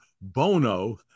Bono